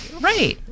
right